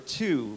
two